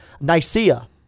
Nicaea